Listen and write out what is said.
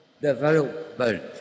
development